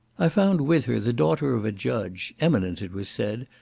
i found with her the daughter of a judge, eminent, it was said,